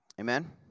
Amen